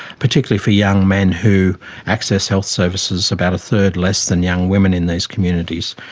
particularly for young men who access health services about a third less than young women in these communities.